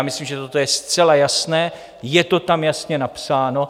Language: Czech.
Myslím, že toto je zcela jasné, je to tam jasně napsáno.